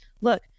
look